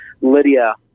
lydia